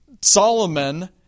Solomon